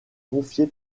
confié